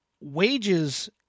Wages